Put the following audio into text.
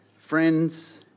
Friends